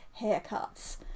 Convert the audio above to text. haircuts